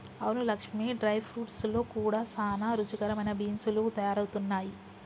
అవును Lakshmi dry fruits లో కూడా సానా రుచికరమైన బీన్స్ లు తయారవుతున్నాయి